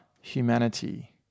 humanity